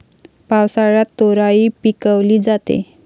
पावसाळ्यात तोराई पिकवली जाते